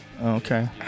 okay